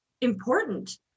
important